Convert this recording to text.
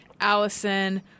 Allison